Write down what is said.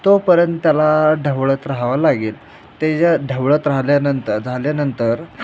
तोपर्यंत त्याला ढवळत राहावं लागेल त्याच्या ढवळत राहल्यानंतर झाल्यानंतर